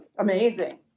Amazing